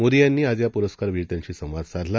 मोदीयांनीआजयापुरस्कारविजेत्यांशीसंवादसाधला